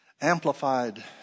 amplified